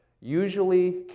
usually